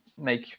make